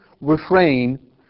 refrain